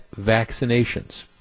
vaccinations